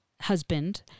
husband